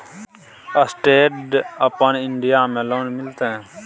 Stand अपन India में loan मिलते?